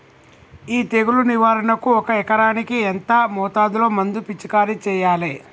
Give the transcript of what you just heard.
ఈ తెగులు నివారణకు ఒక ఎకరానికి ఎంత మోతాదులో మందు పిచికారీ చెయ్యాలే?